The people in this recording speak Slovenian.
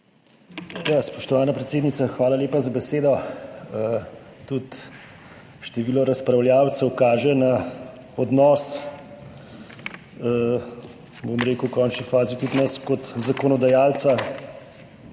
Spoštovana predsednica, hvala lepa za besedo. Tudi število razpravljavcev kaže na odnos v končni fazi tudi nas kot zakonodajalca